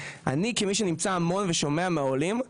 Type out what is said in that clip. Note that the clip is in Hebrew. אני כמי שנמצא המון ושומע מהעולים,